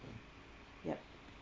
ya